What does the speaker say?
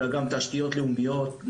אלא גם תשתיות לאומיות,